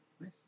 Nice